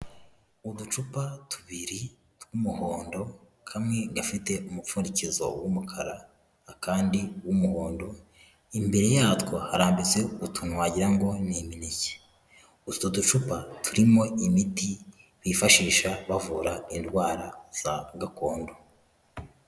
Uducupa tubiri tw'umuhondo, kamwe gafite umupfundikizo w'umukara, akandi uw'umuhondo, imbere yatwo harambitse utuntu wagira ngo ni imineke, utwo ducupa turimo imiti bifashisha bavura indwara za gakondo.